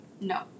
No